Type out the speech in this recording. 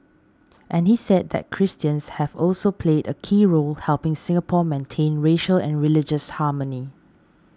and he said that Christians have also played a key role helping Singapore maintain racial and religious harmony